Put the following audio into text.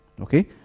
Okay